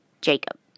Jacob